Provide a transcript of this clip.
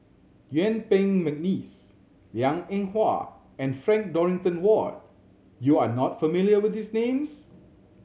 Yuen Peng McNeice Liang Eng Hwa and Frank Dorrington Ward you are not familiar with these names